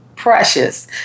precious